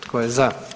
Tko je za?